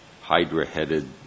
hydra-headed